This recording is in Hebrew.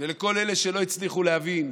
לכל אלה שלא הצליחו להבין,